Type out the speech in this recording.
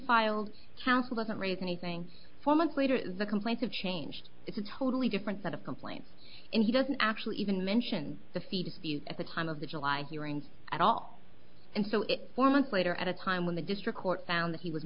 counsel doesn't raise anything four months later the complaints have changed it's wholly different set of complaints and he doesn't actually even mention the feces at the time of the july hearing at all and so one month later at a time when the district court found that he was